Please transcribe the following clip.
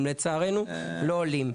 הם לצערנו לא עולים.